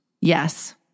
Yes